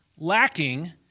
Lacking